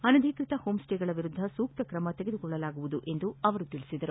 ಅನಧಿಕೃತ ಹೋಂ ಸ್ವೇಗಳ ವಿರುದ್ಧ ಸೂಕ್ತ ತ್ರಮ ತೆಗೆದುಕೊಳ್ಳಲಾಗುವುದು ಎಂದು ಅವರು ತಿಳಿಸಿದರು